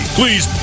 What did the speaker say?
Please